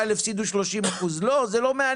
זה לא מעניין,